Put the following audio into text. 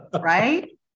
Right